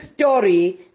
story